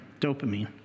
dopamine